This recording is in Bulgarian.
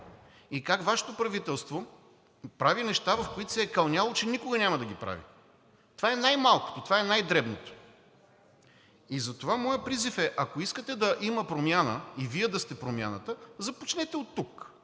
и как Вашето правителство прави неща, в които се е кълняло, че никога няма да ги прави. Това е най-малкото. Това е най дребното. И затова моят призив е, ако искате да има промяна и Вие да сте Промяната, започнете оттук